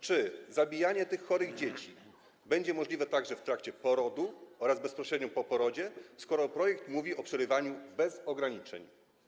Czy zabijanie tych chorych dzieci będzie możliwe także w trakcie porodu oraz bezpośrednio po porodzie, skoro projekt mówi o przerywaniu bez ograniczeń?